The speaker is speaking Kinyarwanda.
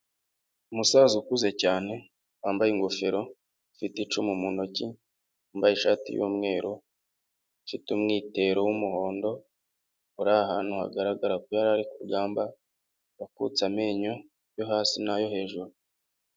Umusaza ukuze cyane wambaye ingofero ufite icumu mu ntoki. Wambaye ishati yumweru, ufite umwitero wumuhondo uri ahantu hagaragara ko ari kurugamba, wakutse amenyo yo hasi nayo hejuru.